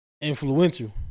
influential